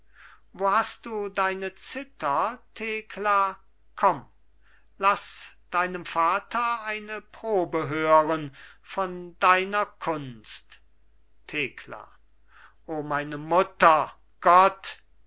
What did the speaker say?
wo hast du deine zither thekla komm laß deinem vater eine probe hören von deiner kunst thekla o meine mutter gott